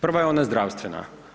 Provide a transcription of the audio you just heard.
Prva je ona zdravstvena.